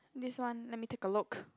this one let me take a look